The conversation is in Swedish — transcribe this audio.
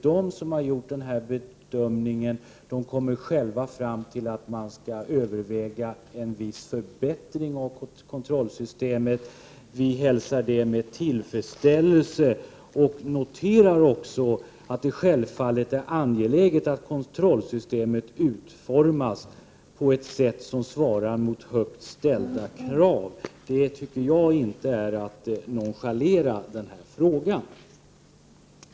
De har gjort en bedömning och har själva kommit fram till att man skall överväga en viss förbättring av kontrollsystemet. Vi hälsar detta med tillfredsställelse och noterar att det självfallet är angeläget att kontrollsystemet utformas på ett sätt som svarar mot högt ställda krav. Detta är enligt min mening inte att nonchalera denna fråga.